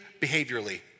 behaviorally